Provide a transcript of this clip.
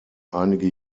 einige